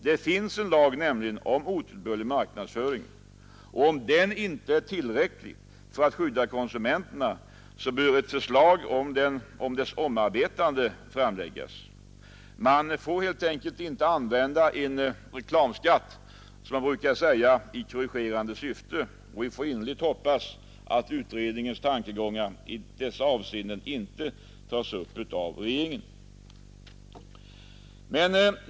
Det finns nämligen en lag om otillbörlig marknadsföring, och är den inte tillräcklig för att skydda konsumenterna bör förslag till dess omarbetande framläggas. Man får helt enkelt inte använda en reklamskatt i som man brukar säga korrigerande syfte, och vi får innerligt hoppas att utredningens tankegångar i detta avseende inte tas upp av regeringen.